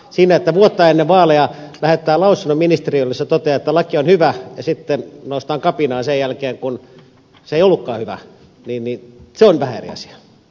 se että vuotta ennen vaaleja lähettää ministeriölle lausunnon jossa toteaa että laki on hyvä ja sitten noustaan kapinaan sen jälkeen kun se ei ollutkaan hyvä on vähän eri asia